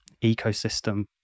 ecosystem